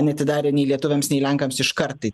neatidarė nei lietuviams nei lenkams iškart tai